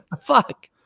fuck